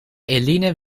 eline